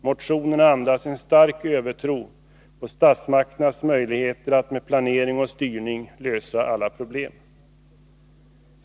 Motionerna andas en stark övertro på statsmakternas möjligheter att med planering och styrning lösa alla problem.